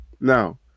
Now